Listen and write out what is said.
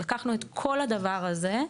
לקחנו את כל הדבר הזה,